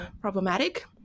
problematic